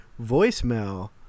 voicemail